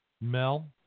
Mel